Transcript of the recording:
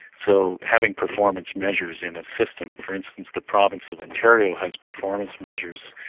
so having performance measures in a system. for instance, the province of ontario has performance measures,